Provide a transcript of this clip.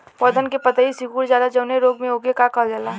पौधन के पतयी सीकुड़ जाला जवने रोग में वोके का कहल जाला?